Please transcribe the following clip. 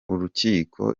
rukiko